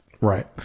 Right